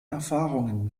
erfahrungen